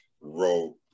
wrote